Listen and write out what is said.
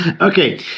okay